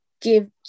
give